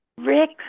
Rick